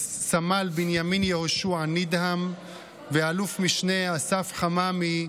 סמל בנימין יהושע נידהם ואלוף משנה אסף חממי,